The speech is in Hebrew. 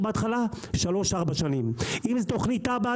מדובר בשלוש-ארבע שנים; אם זו תכנית תב"ע,